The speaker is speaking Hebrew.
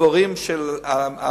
דברים של בריאות,